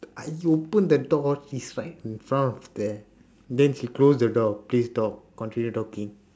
I you open the door she is right in front of there then she close the door please talk continue talking